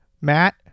Matt